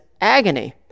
agony